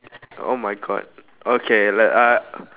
oh my god okay like uh